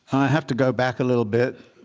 have to go back a little bit,